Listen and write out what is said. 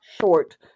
short